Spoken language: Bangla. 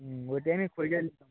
হুম ওই টাইমে